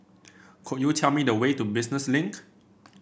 could you tell me the way to Business Link